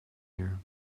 here